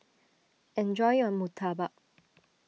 enjoy your Murtabak